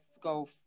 go